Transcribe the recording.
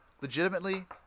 legitimately